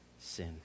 sin